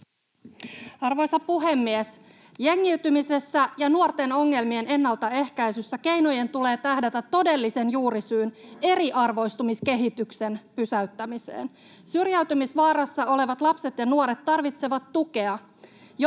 Arvoisa puhemies! Jengiytymisessä ja nuorten ongelmien ennaltaehkäisyssä keinojen tulee tähdätä todellisen juurisyyn, eriarvoistumiskehityksen, pysäyttämiseen. Syrjäytymisvaarassa olevat lapset ja nuoret tarvitsevat tukea,